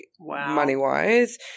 money-wise